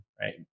right